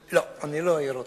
לא, אני לא אעיר אותה.